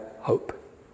hope